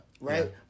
Right